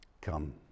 Come